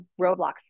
roadblocks